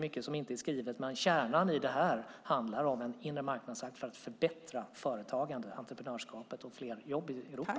Men kärnan är en inre marknadsakt för att förbättra företagande och entreprenörskapet och skapa fler jobb i Europa.